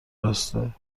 راسته